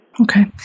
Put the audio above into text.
Okay